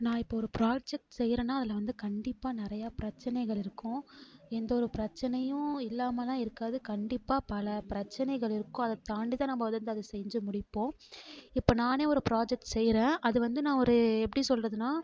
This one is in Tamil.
நான் இப்போ ஒரு ப்ராஜெக்ட் செய்யறேனா அதில் வந்து கண்டிப்பாக நிறையா பிரச்சனைகள் இருக்கும் எந்த ஒரு பிரச்சனையும் இல்லாமலாம் இருக்காது கண்டிப்பாக பல பிரச்சனைகள் இருக்கும் அதை தாண்டி தான் நம்ம அது இந்த அது செஞ்சு முடிப்போம் இப்போ நானே ஒரு ப்ராஜெக்ட் செய்கிறேன் அது வந்து நான் ஒரு எப்படி சொல்கிறதுனா